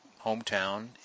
hometown